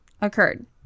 occurred